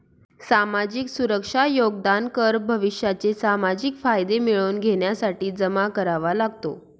सामाजिक सुरक्षा योगदान कर भविष्याचे सामाजिक फायदे मिळवून घेण्यासाठी जमा करावा लागतो